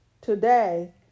today